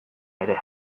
ere